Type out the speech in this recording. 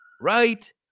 right